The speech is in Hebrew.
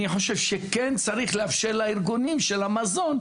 אני חושב שכן צריך לאפשר לארגונים של המזון,